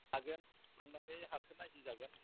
हागोन थांनानै हाखो नायहैजागोन